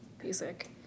basic